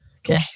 Okay